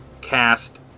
cast